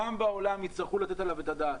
גם בעולם יצטרכו לתת עליו את הדעת.